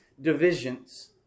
divisions